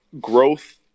growth